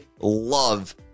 love